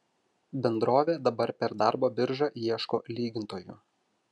bendrovė dabar per darbo biržą ieško lygintojų